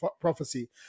prophecy